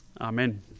Amen